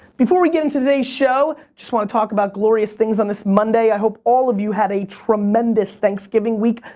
before we get into today's show, i just wanna talk about glorious things on this monday. i hope all of you had a tremendous thanksgiving week.